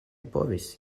povis